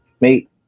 mate